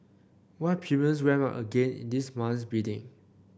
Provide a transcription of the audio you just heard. why premiums went up again in this month's bidding